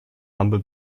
humble